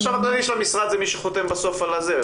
החשב הכלל של המשרד זה מי שחותם בסוף על הזה,